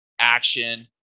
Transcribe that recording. action